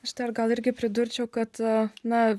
aš dar gal irgi pridurčiau kad na